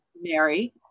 Mary